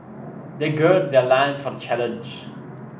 they gird their loins for the challenge